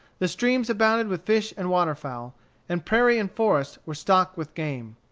the streams abounded with fish and waterfowl and prairie and forest were stocked with game.